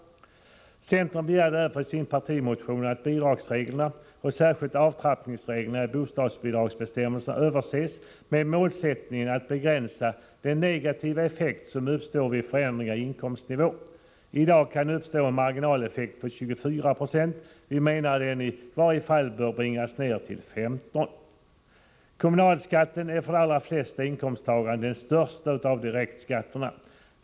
Centern begär därför i sin partimotion att bidragsreglerna, och särskilt avtrappningsreglerna i bostadsbidragsbestämmelsen, överses med målsättningen att begränsa den negativa effekt som uppstår vid förändringar i inkomstnivå. I dag kan en marginaleffekt på 24 20 uppstå. Vi menar att den i varje fall bör bringas ned till 15 96. Kommunalskatten är för de allra flesta inkomsttagarna den största av direktskatterna.